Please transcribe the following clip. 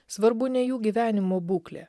svarbu ne jų gyvenimo būklė